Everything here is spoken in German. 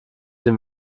den